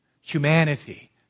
Humanity